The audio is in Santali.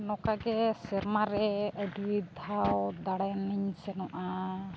ᱱᱚᱝᱠᱟ ᱜᱮ ᱥᱮᱨᱢᱟ ᱨᱮ ᱟᱹᱰᱤ ᱫᱷᱟᱣ ᱫᱟᱬᱟᱱᱤᱧ ᱥᱮᱱᱚᱜᱼᱟ